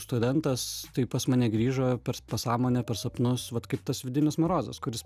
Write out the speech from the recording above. studentas tai pas mane grįžo per pasąmonę per sapnus vat kaip tas vidinis morozas kuris